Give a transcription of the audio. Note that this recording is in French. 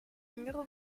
numéro